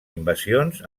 invasions